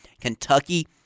Kentucky